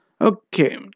Okay